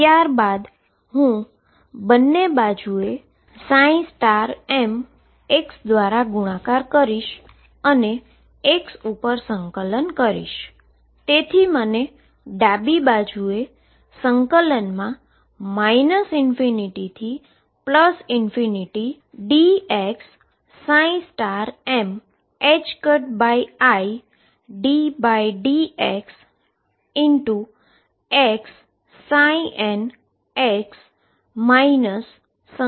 ત્યાર બાદ હું બંને બાજુએ m દ્વારા ગુણાકાર કરીશ અને x ઉપર ઈન્ટીગ્રેટ કરીશ